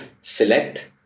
select